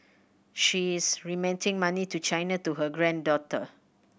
she's remitting money to China to her granddaughter